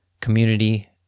community